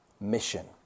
mission